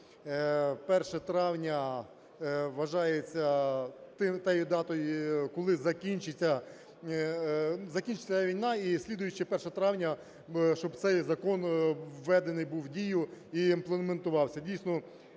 травня вважається тією датою, коли закінчиться війна, і слідуюче 1 травня – щоб цей закон введений був в дію і імплементувався.